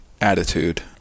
attitude